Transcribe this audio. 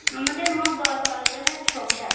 আমাদের মোট দশ বারো জনের সংসার